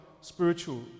spiritual